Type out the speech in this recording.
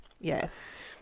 Yes